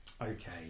Okay